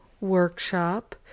workshop